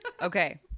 Okay